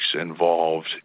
involved